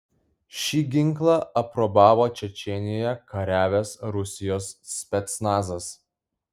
šį ginklą aprobavo čečėnijoje kariavęs rusijos specnazas